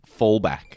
Fallback